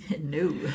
no